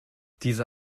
diese